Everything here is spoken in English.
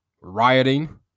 rioting